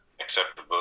acceptable